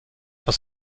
was